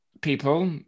people